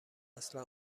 اصلا